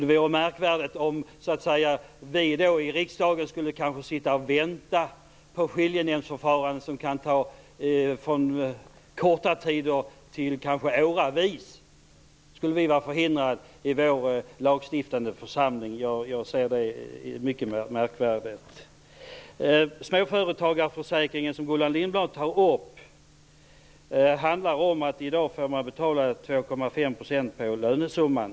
Det vore märkvärdigt om vi i riksdagen skulle sitta och vänta på ett skiljenämndsförfarande som kan ta alltifrån kort tid till åratal. Då skulle vi i den lagstiftande församlingen vara förhindrade att agera. Jag ser det som mycket märkvärdigt. Lindblad tar upp, kan jag säga att man i dag får betala 2,5 % på lönesumman.